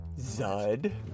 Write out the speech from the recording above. Zud